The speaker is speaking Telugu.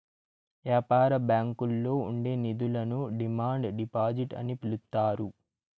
యాపార బ్యాంకుల్లో ఉండే నిధులను డిమాండ్ డిపాజిట్ అని పిలుత్తారు